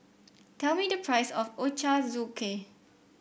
tell me the price of Ochazuke